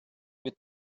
від